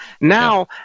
Now –